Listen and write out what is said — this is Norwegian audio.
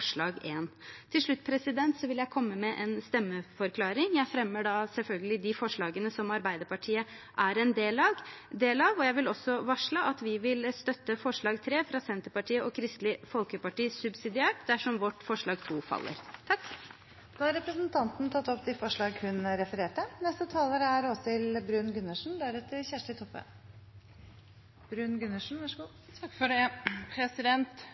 Til slutt vil jeg komme med en stemmeforklaring. Jeg tar selvfølgelig opp de forslagene som Arbeiderpartiet er en del av, og jeg vil også varsle at vi subsidiært vil støtte forslag nr. 3, fra Senterpartiet og Kristelig Folkeparti, dersom vårt forslag nr. 2 faller. Representanten Tuva Moflag har tatt opp de forslag hun refererte til. Forbud mot solariumsreklame – i dag har altså Arbeiderpartiet, Kristelig Folkeparti og Senterpartiet bedt regjeringen utrede et reklameforbud mot solarium. Vi har med det